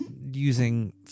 using